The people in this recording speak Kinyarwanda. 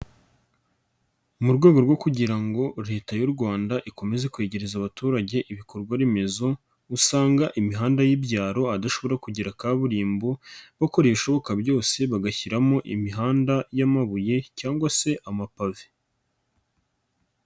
Mu rwego rwo kugira ngo Leta y'u Rwanda ikomeze kwegereza abaturage ibikorwaremezo usanga imihanda y'ibyaro ahadashobora kugera kaburimbo, bakora ibishoboka byose bagashyiramo imihanda y'amabuye cyangwa se amapave.